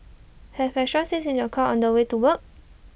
have extra seats in your car on the way to work